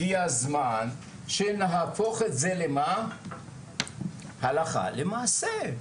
הגיע הזמן שנהפוך את זה הלכה למעשה,